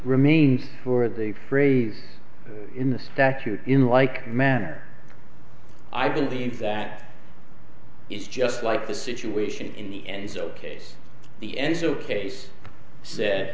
remains for the phrase in the statute in like manner i believe that is just like the situation in the end so case the end of case s